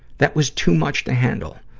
that was too much to handle.